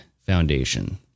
Foundation